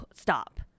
stop